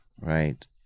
right